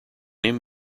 him